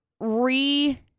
re